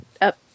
up